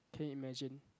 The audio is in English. can you imagine